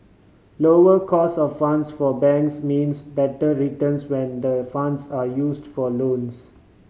lower cost of funds for banks means better returns when the funds are used for loans